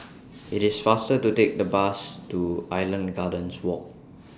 IT IS faster to Take The Bus to Island Gardens Walk